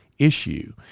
issue